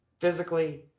Physically